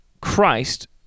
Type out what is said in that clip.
Christ